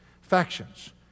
Factions